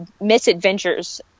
Misadventures